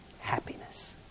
happiness